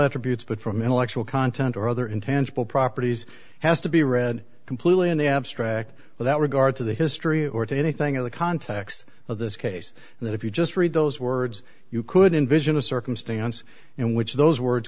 attributes but from intellectual content or other intangible properties has to be read completely in the abstract without regard to the history or to anything in the context of this case that if you just read those words you could envision a circumstance in which those words